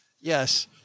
Yes